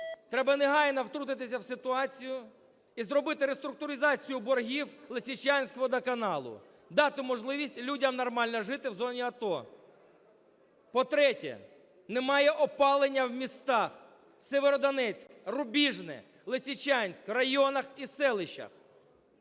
Треба негайно втрутитися в ситуацію і зробити реструктуризацію боргів "Лисичанськводоканалу", дати можливість людям нормально жити в зоні АТО. По-третє, немає опалення в містах: Сєвєродонецьк, Рубіжне, Лисичанськ, в районах і селищах.